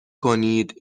کنید